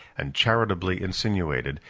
and charitably insinuated,